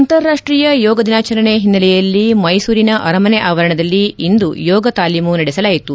ಅಂತಾರಾಷ್ಲೀಯ ಯೋಗ ದಿನಾಚರಣೆ ಹಿನ್ನೆಲೆಯಲ್ಲಿ ಮೈಸೂರಿನ ಅರಮನೆ ಆವರಣದಲ್ಲಿ ಇಂದು ಯೋಗ ತಾಲೀಮು ನಡೆಸಲಾಯಿತು